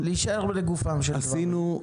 להישאר לגופם של דברים.